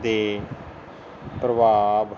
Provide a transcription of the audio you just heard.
ਦੇ ਪ੍ਰਭਾਵ